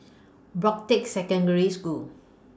Broadrick Secondary School